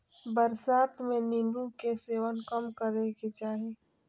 बरसात में नीम्बू के सेवन कम करे के चाही